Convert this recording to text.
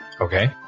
Okay